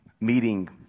meeting